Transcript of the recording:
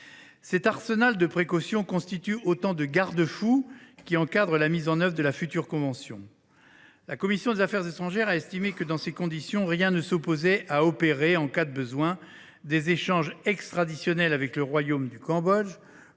Cet arsenal de précautions constitue autant de garde fous qui encadrent la mise en œuvre de la future convention. La commission des affaires étrangères a estimé que, dans ces conditions, rien ne s’opposait à opérer, en cas de besoin, des échanges extraditionnels avec le royaume du Cambodge,